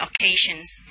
occasions